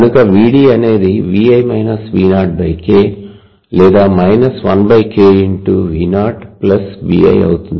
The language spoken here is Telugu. కనుక V d అనేది V i V0K లేదా 1K ×V 0 Vi అవుతుంది